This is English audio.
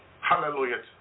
Hallelujah